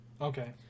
okay